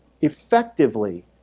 effectively